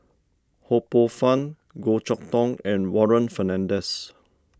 Ho Poh Fun Goh Chok Tong and Warren Fernandez